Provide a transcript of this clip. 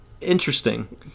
interesting